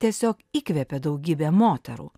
tiesiog įkvėpė daugybę moterų